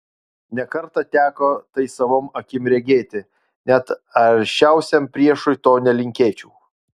ne kartą teko tai savom akim regėti net aršiausiam priešui to nelinkėčiau